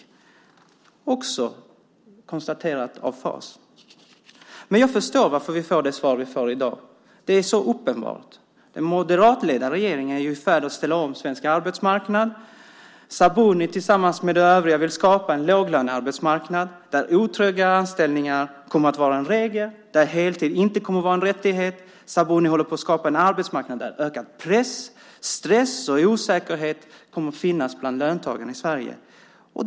Detta har också konstaterats av FAS. Men jag förstår varför vi får det svar vi får i dag. Det är så uppenbart. Den moderatledda regeringen är ju i färd med att ställa om svensk arbetsmarknad. Sabuni tillsammans med de övriga vill skapa en låglönearbetsmarknad där otrygga anställningar kommer att vara en regel och där heltid inte kommer att vara en rättighet. Sabuni håller på att skapa en arbetsmarknad där ökad press, stress och osäkerhet kommer att finnas bland löntagarna i Sverige.